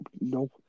no